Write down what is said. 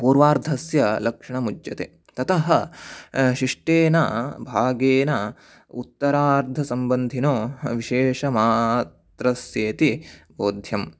पूर्वार्धस्य लक्षणमुच्यते ततः शिष्टेन भागेन उत्तरार्धसम्बन्धिनो विशेषमात्रस्येति बोध्यं